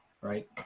right